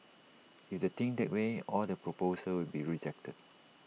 if they think that way all their proposals will be rejected